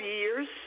years